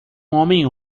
homem